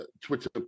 Twitter